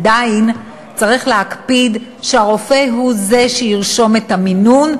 עדיין צריך להקפיד שהרופא הוא זה שירשום את המינון,